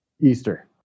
Easter